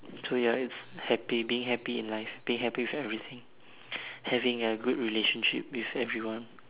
so ya it's happy being happy in life being happy with everything having a good relationship with everyone